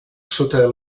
sota